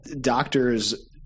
doctors